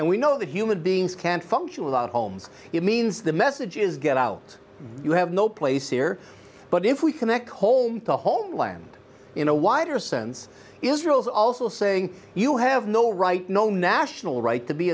and we know that human beings can't function without homes it means the message is get out you have no place here but if we connect hold the whole land in a wider sense israel is also saying you have no right no national right to be